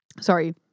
Sorry